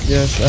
Yes